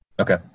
Okay